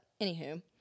anywho